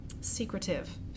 secretive